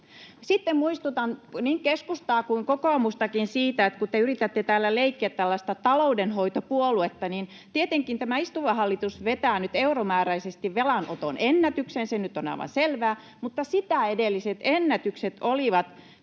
Sitten muistutan niin keskustaa kuin kokoomustakin siitä, että kun te yritätte täällä leikkiä tällaista taloudenhoitopuoluetta, niin tietenkin tämä istuva hallitus vetää nyt euromääräisesti velanoton ennätyksen, se nyt on aivan selvää, mutta sitä edelliset ennätykset olivat